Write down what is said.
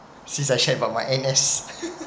since I shared about my N_S